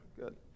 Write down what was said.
good